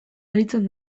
aritzen